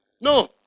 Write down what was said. No